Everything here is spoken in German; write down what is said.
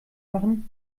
machen